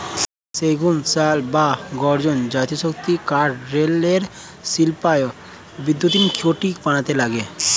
সেগুন, শাল বা গর্জন জাতীয় শক্ত কাঠ রেলের স্লিপার, বৈদ্যুতিন খুঁটি বানাতে লাগে